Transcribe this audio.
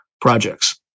projects